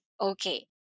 Okay